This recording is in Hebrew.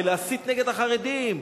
בהסתה נגד החרדים.